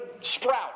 sprout